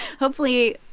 hopefully,